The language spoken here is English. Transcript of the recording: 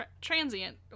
transient